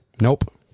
Nope